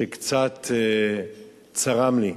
שקצת צרם לי: